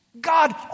God